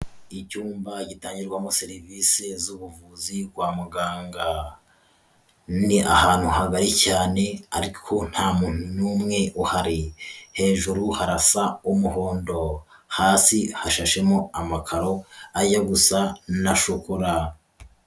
Icyumba gitangirwamo serivisi z'ubuvuzi kwa muganga, ni ahantu hagari cyane ariko nta muntu n'umwe uhari, hejuru harasa umuhondo, hasi hashashemo amakaro ajya gusa na shohokora.